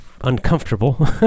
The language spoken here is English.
uncomfortable